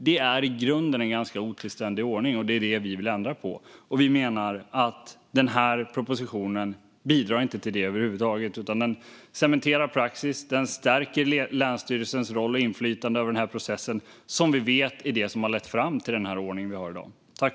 Det är i grunden en ganska otillständig ordning, och det är det vi vill ändra på. Vi menar att den här propositionen inte bidrar till det över huvud taget utan att den cementerar praxis och stärker länsstyrelsens roll och inflytande över processen - som vi vet är det som har lett fram till den ordning vi har i dag.